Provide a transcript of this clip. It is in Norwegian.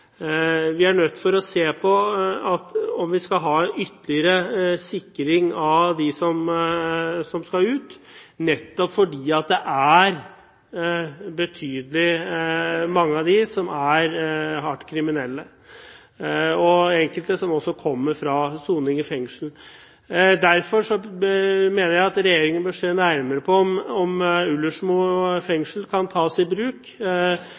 ytterligere sikring av dem som skal ut, nettopp fordi det er mange av dem som er hardt kriminelle, og enkelte kommer også fra soning i fengsel. Derfor mener jeg at regjeringen bør se nærmere på om Ullersmo fengsel kan tas i bruk.